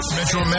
Metro